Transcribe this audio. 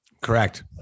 Correct